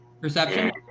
Perception